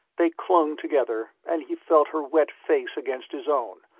they clung together, and he felt her wet face against his own,